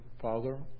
Father